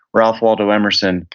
ralph waldo emerson,